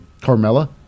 Carmella